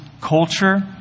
culture